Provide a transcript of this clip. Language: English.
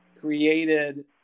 created